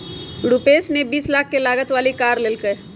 रूपश ने बीस लाख के लागत वाली कार लेल कय है